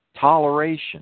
toleration